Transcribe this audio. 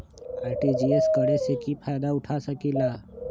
RTGS करे से की फायदा उठा सकीला?